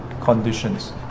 conditions